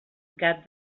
gat